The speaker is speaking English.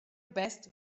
best